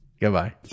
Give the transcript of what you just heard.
Goodbye